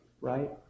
right